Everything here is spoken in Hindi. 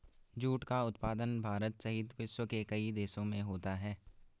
जूट का उत्पादन भारत सहित विश्व के कई देशों में होता है